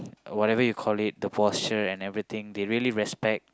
whatever you call it the posture and everything they really respect